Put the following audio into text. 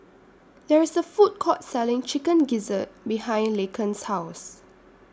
There IS A Food Court Selling Chicken Gizzard behind Laken's House